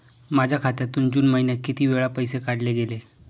माझ्या खात्यातून जून महिन्यात किती वेळा पैसे काढले गेले?